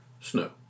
snow